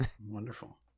Wonderful